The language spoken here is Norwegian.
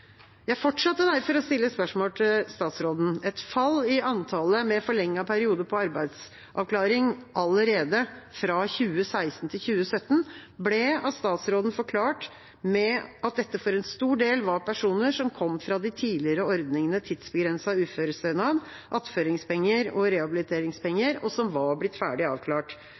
Jeg fortsatte derfor å stille spørsmål til statsråden. Et fall i antallet med forlenget periode på arbeidsavklaring allerede fra 2016 til 2017 ble av statsråden forklart med at dette for en stor del var personer som kom fra de tidligere ordningene med tidsbegrenset uførestønad, attføringspenger og rehabiliteringspenger, og som var blitt ferdig avklart.